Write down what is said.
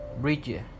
Bridge